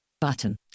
button